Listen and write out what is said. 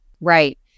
Right